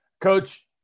Coach